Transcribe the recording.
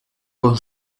con